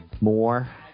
More